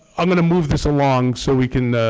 i'm going to move this along so we can